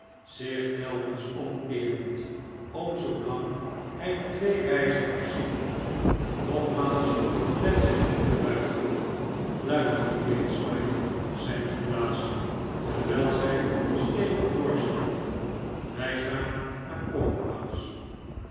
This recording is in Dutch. zich telkens omkeerend om zoolang hij de twee reizigers zien kon nogmaals met zijn hoed te wuiven luister nu eens smike zei nikolaas terwijl zij stevig doorstapten wij gaan naar